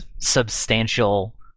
substantial